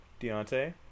Deontay